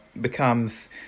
becomes